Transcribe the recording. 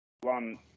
one